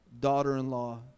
daughter-in-law